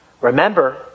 Remember